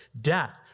death